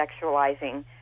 sexualizing